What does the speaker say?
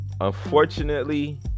Unfortunately